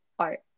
Art